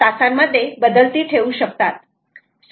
5hrs मध्ये बदलती ठेवू शकतात